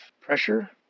pressure